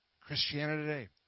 Christianity